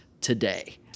today